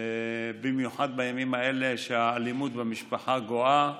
במיוחד בימים האלה שהאלימות במשפחה גואה,